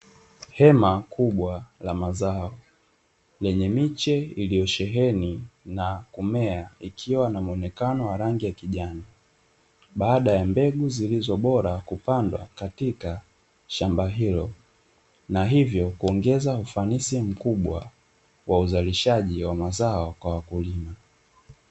Hema kubwa la mazao lenye miche iliyosheheni na kumea, ikiwana mwonekano rangi ya kijani. Baada ya mbegu zilizo bora kupandwa katika shamba hilo na hivyo kuongeza ufanisi mkubwa wa uzalishaji wa mazao kwa wakulima.